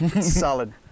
solid